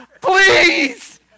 please